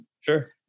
sure